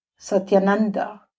Satyananda